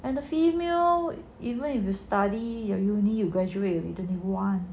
and the female even if you study your uni you graduate with twenty one